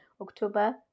October